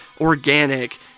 organic